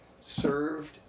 Served